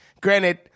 granted